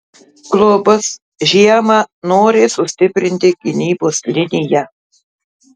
klubas žiemą nori sustiprinti gynybos liniją